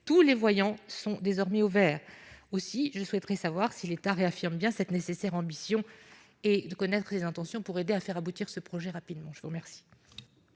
tous les voyants sont désormais ouverts aussi je souhaiterais savoir si l'État réaffirme bien cette nécessaire ambition est de connaître les intentions pour aider à faire aboutir ce projet, rapidement, je vous remercie.